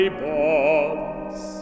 bonds